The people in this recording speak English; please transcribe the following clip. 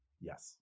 Yes